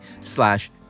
slash